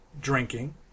drinking